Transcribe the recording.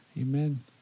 amen